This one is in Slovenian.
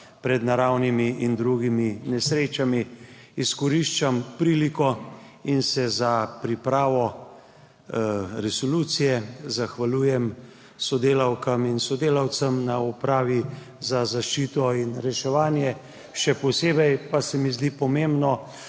pred naravnimi in drugimi nesrečami. Izkoriščam priliko in se za pripravo resolucije zahvaljujem sodelavkam in sodelavcem na Upravi za zaščito in reševanje, še posebej pa se mi zdi pomembno